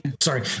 Sorry